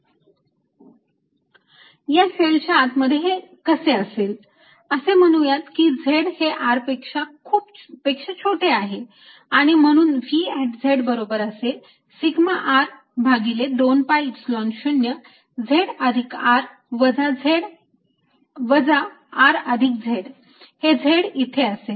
If zR VzσR20zzR zR2σR220z4πR24π0zQ4π0z या शेलच्या आत मध्ये हे कसे असेल असे म्हणूयात ही z हे R पेक्षा छोटे आहे आणि म्हणून V बरोबर असेल सिग्मा R भागिले 2 Epsilon 0 z अधिक R वजा R अधिक z हे z इथे असेल